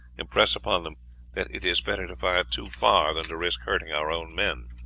impress upon them that it is better to fire too far than to risk hurting our own men.